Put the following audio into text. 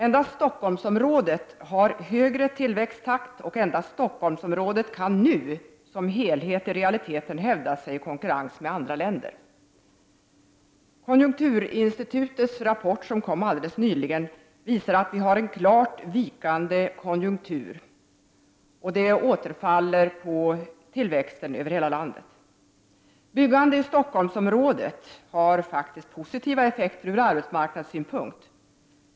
Endast Stockholmsområdet har en högre tillväxttakt, och endast Stockholmsområdet som helhet kan i realiteten hävda sig i konkurrens med andra länder. Den rapport från konjunkturinstitutet som kom alldeles nyligen visar att vi har en klart vikande konjunktur, och det har återverkan på tillväxten i hela landet. Byggandet i Stockholmsområdet har faktiskt positiva effekter ur arbetsmarknadssynpunkt.